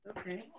Okay